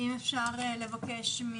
אם אפשר לבקש.